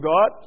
God